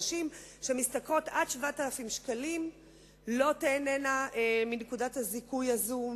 נשים שמשתכרות עד 7,000 ש"ח לא תיהנינה מנקודת הזיכוי הזו,